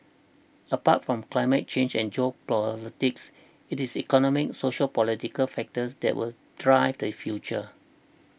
apart from climate change and geopolitics it is economic sociopolitical factors that will drive the future